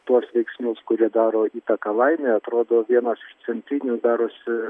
tuos veiksnius kurie daro įtaką laimei atrodo vienas iš centrinių darosi